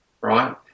right